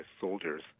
soldiers